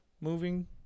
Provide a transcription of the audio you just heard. moving